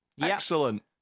Excellent